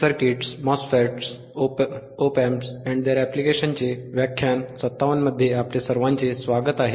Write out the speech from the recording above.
या मॉड्यूलमध्ये आपले स्वागत आहे